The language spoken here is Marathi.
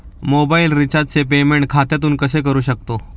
मोबाइल रिचार्जचे पेमेंट खात्यातून कसे करू शकतो?